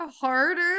harder